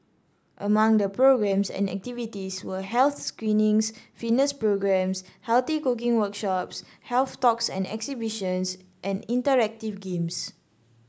among the programmes and activities were health screenings fitness programmes healthy cooking workshops health talks and exhibitions and interactive games